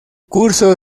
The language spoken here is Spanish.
curso